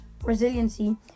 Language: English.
resiliency